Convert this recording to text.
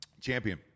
Champion